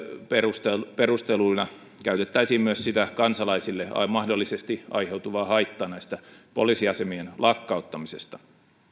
perusteluina käytettäisiin myös kansalaisille mahdollisesti aiheutuvaa haittaa näistä poliisiasemien lakkauttamisista